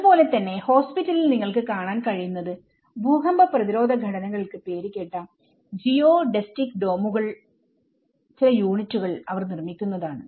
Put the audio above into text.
അത്പോലെത്തന്നെ ഹോസ്പിറ്റലിൽ നിങ്ങൾക്ക് കാണാൻ കഴിയുന്നത് ഭൂകമ്പ പ്രതിരോധ ഘടനക്ക് പേര് കേട്ട ജിയോഡെസ്റ്റിക് ഡോമുകളുടെ ചില യൂണിറ്റുകൾ അവർ നിർമ്മിക്കുന്നതാണ്